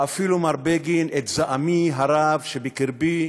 ואפילו, מר בגין, את זעמי הרב שבקרבי,